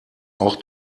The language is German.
auch